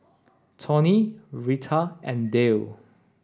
Tory Rita and Dale